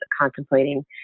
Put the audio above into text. contemplating